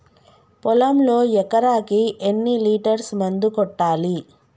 పొలంలో ఎకరాకి ఎన్ని లీటర్స్ మందు కొట్టాలి?